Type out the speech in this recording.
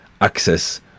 access